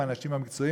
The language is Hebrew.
עם האנשים המקצועיים,